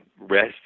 rest